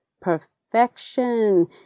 perfection